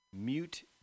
Mute